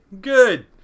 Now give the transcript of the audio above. Good